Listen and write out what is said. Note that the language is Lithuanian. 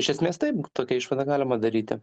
iš esmės taip k tokią išvadą galima daryti